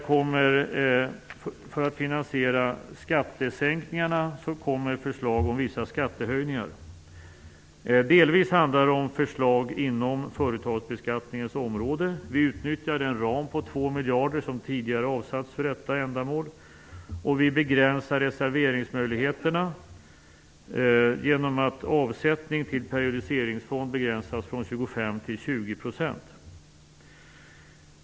För att finansiera skattesänkningarna kommer förslag om vissa skattehöjningar. Delvis handlar det om förslag inom företagsbeskattningens område. Vi utnyttjar den ram på 2 miljarder kronor som tidigare har avsatts för detta ändamål, och vi begränsar reserveringsmöjligheterna genom att avsättning till periodiseringsfond begränsas från 25 % till 20 %.